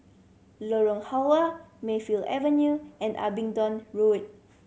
Lorong Halwa Mayfield Avenue and Abingdon Road